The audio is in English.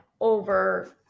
over